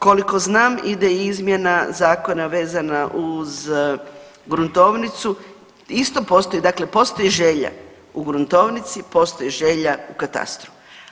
Koliko znam ide izmjena zakona vezana uz gruntovnicu, isto postoji, dakle postoji želja u gruntovnici, postoji želja u katastru.